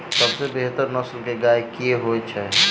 सबसँ बेहतर नस्ल केँ गाय केँ होइ छै?